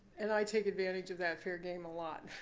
and i take advantage of that fair game a lot.